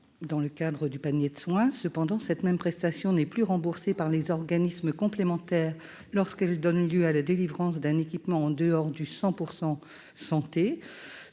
dans le cadre du panier de soins. Cependant, cette même prestation n'est plus remboursée par les organismes complémentaires lorsqu'elle donne lieu à la délivrance d'un équipement en dehors du 100 % Santé,